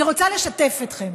אני רוצה לשתף אתכם: